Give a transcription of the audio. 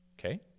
Okay